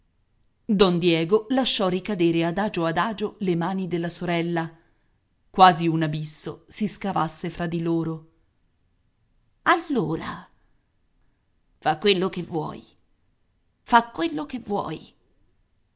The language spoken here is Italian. don diego lasciò ricadere adagio adagio le mani della sorella quasi un abisso si scavasse fra di loro allora fa quello che vuoi fa quello che vuoi